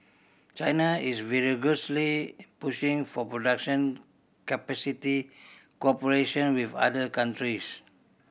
China is vigorously pushing for production capacity cooperation with other countries